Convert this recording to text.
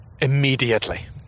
immediately